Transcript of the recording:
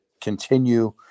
continue